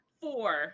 four